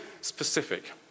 specific